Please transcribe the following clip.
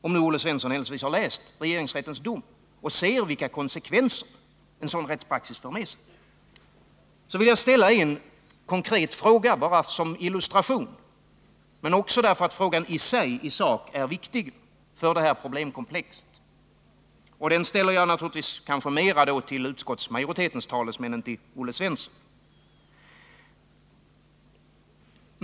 Om Olle Svensson händelsevis har läst regeringsrättens dom, inser han vilka konsekvenser en sådan rättspraxis för med sig. Så vill jag ställa en konkret fråga, inte bara som illustration utan också därför att frågan i sak är viktig för det här problemkomplexet. Den ställer jag då naturligtvis kanske mera till utskottsmajoritetens talesmän än till Olle Svensson.